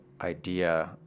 idea